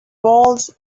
walls